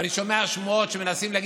אני שומע שמועות שמנסים להגיד: